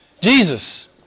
Jesus